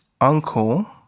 uncle